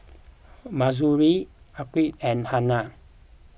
Mahsuri Atiqah and Hana